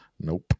nope